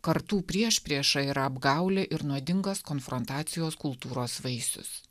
kartų priešprieša yra apgaulė ir nuodingos konfrontacijos kultūros vaisius